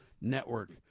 network